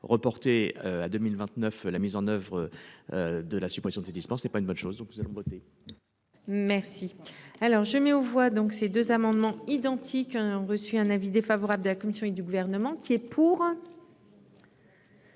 reportée à 2029 la mise en oeuvre. De la suppression de ces distances n'est pas une bonne chose, donc nous allons voter. Merci. Alors je mets aux voix donc ces deux amendements identiques ont reçu un avis défavorable de la Commission et du gouvernement. Donc il est pour.